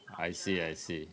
I see I see